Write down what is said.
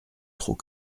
trop